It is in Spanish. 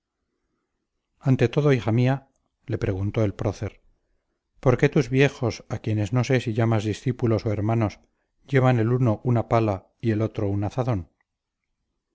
ante todo hija mía le preguntó el prócer por qué tus viejos a quienes no sé si llamas discípulos o hermanos llevan el uno una pala y el otro un azadón